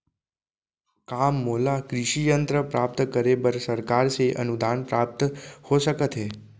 का मोला कृषि यंत्र प्राप्त करे बर सरकार से अनुदान प्राप्त हो सकत हे?